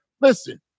listen